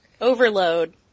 Overload